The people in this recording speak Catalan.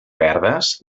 verdes